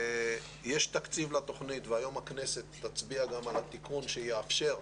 יש תקציב לתוכנית והיום הכנסת תצביע גם על התיקון שיאפשר,